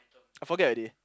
I forget already